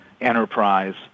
enterprise